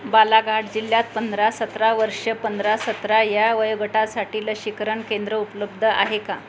बालाघाट जिल्ह्यात पंधरा सतरा वर्ष पंधरा सतरा ह्या वयोगटासाटी लसीकरण केंद्र उपलब्ध आहे का